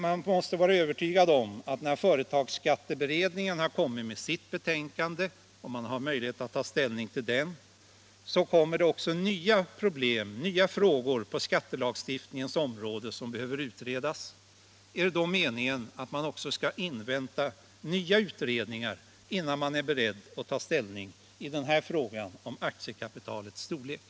Man måste vara övertygad om att när företagsskatteberedningen har kommit med sitt betänkande och man har möjlighet att ta ställning till de förslagen, kommer det också nya problem, nya frågor, på skattelagstiftningens område som behöver utredas. Är det då meningen att man skall invänta nya utredningar innan man är beredd att ta ställning i denna fråga om aktiekapitalets storlek?